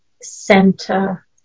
center